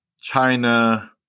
China